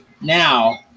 Now